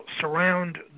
surround